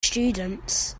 students